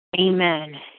Amen